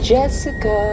Jessica